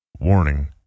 Warning